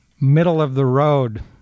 middle-of-the-road